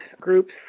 groups